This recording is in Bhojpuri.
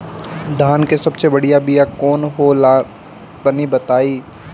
धान के सबसे बढ़िया बिया कौन हो ला तनि बाताई?